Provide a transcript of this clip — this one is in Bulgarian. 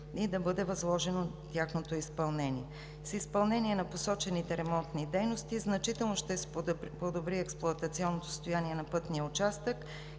и да бъде възложено тяхното изпълнение. С изпълнението на посочените ремонтни дейности значително ще се подобри експлоатационното състояние на пътния участък